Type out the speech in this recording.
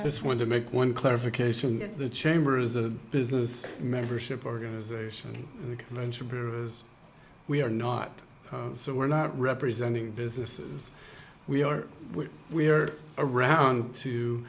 we just want to make one clarification the chamber is a business membership organization we are not so we're not representing business we are we are around to